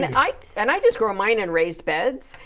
and i and i just grow mine in raised beds.